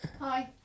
Hi